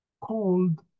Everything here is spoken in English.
called